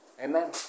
Amen